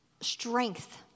Strength